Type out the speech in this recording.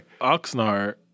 Oxnard